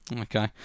okay